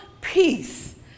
peace